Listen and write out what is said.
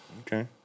Okay